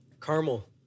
Caramel